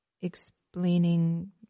explaining